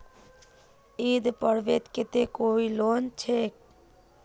ईद पर्वेर केते कोई लोन छे?